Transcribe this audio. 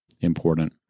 important